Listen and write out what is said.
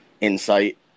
insight